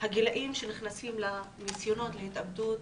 הגילאים שנכנסים לניסיונות ההתאבדות